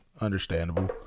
Understandable